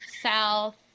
south